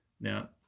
Now